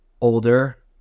older